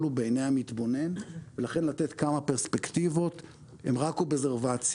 הוא בעיני המתבונן ולכן לתת כמה פרספקטיבות עם רק אובזרבציה.